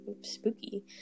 Spooky